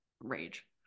rage